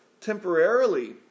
temporarily